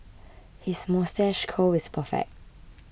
his moustache curl is perfect